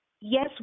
yes